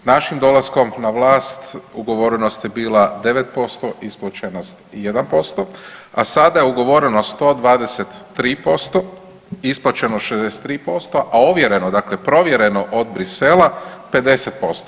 S našim dolaskom na vlast ugovorenost je bila 9%, isplaćenost 1%, a sada je ugovoreno 123%, isplaćeno 63%, a ovjereno, dakle provjereno od Brisela 50%